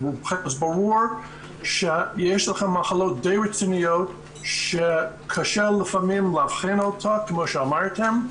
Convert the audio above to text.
ברור שיש לכן מחלות די רציניות שקשה לפעמים לאבחן אותן כפי שאמרתם,